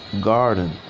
Garden